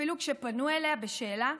אפילו כשפנו אליה בשאלה,